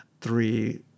three